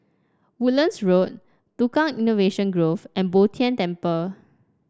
Woodlands Road Tukang Innovation Grove and Bo Tien Temple